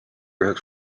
üheks